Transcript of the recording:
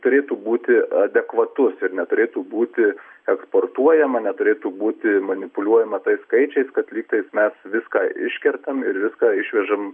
turėtų būti adekvatus ir neturėtų būti eksportuojama neturėtų būti manipuliuojama tais skaičiais kad lygtais mes viską iškertam ir viską išvežam